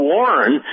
Warren